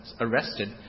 arrested